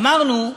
אמרנו: